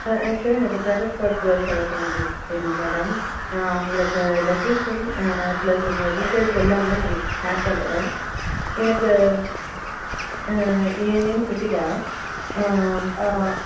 ஆக்சுவலாக எனக்கு sacred for girls higher secondary school madam உங்களுக்கு லொக்கேஷன் பிளஸ் என்னோடய டீட்டெய்ல்ஸ் எல்லாமே உங்களுக்கு ஷேர் பண்ணுறேன் எனக்கு என் நேம் கிருத்திகா